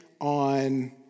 on